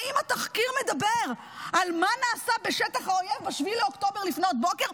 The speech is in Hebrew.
האם התחקיר מדבר על מה נעשה בשטח האויב ב-7 באוקטובר לפנות בוקר?